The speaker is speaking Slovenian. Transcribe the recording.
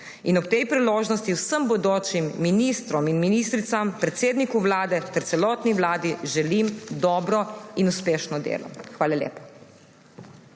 Ob tej priložnosti vsem bodočim ministrom in ministricam, predsedniku Vlade ter celotni vladi želim dobro in uspešno delo. Hvala lepa.